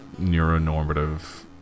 neuronormative